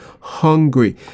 hungry